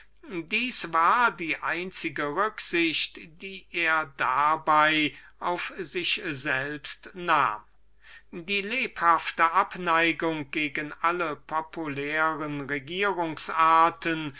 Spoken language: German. das war die einzige rücksicht die er dabei auf sich selbst machte die lebhafte abneigung die er aus eigener erfahrung gegen alle populare